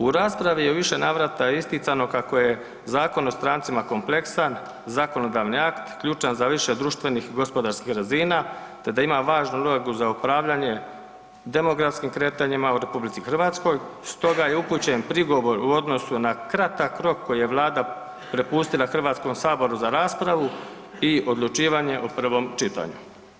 U raspravi je u više navrata isticano kako je Zakon o strancima kompleksan zakonodavni akt ključan za više društvenih i gospodarskih razina te da ima važnu ulogu za upravljanje demografskim kretanjima u RH, stoga je upućen prigovor u odnosu na kratak rok koji je Vlada prepustila HS-u sa raspravu i odlučivanje o prvom čitanju.